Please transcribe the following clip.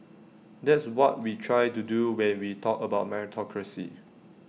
that's what we try to do when we talked about meritocracy